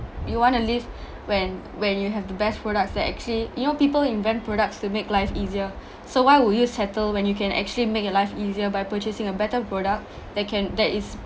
you want to live when when you have the best products that actually you know people invent products to make life easier so why would you settle when you can actually make your life easier by purchasing a better product that can that is